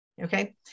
Okay